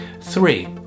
Three